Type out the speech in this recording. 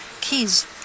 Keys